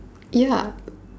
ya